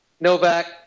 Novak